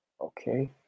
Okay